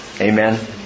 Amen